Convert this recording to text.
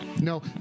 No